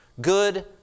good